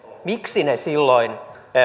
miksi ne silloin